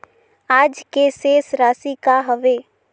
आज के शेष राशि का हवे?